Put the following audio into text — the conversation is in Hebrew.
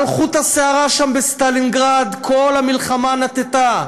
על חוט השערה שם בסטלינגרד כל המלחמה נטתה,